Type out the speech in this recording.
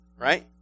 Right